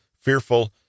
fearful